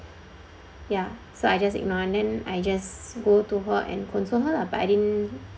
ya so I just ignore then I just go to her and console her lah but I didn't